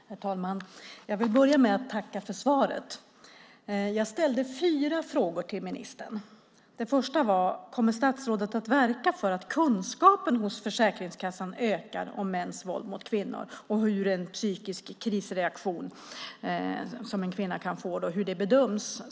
Herr talman! Jag vill börja med att tacka för svaret. Jag ställde fyra frågor till ministern. Den första var: Kommer statsrådet att verka för att kunskapen om mäns våld mot kvinnor ökar hos Försäkringskassan, samt hur bedöms en psykisk krisreaktion, som en kvinna kan få, som sjukdom?